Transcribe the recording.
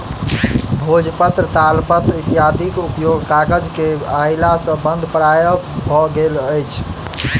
भोजपत्र, तालपत्र इत्यादिक उपयोग कागज के अयला सॅ बंद प्राय भ गेल अछि